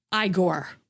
Igor